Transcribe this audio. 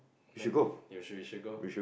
then you should you should go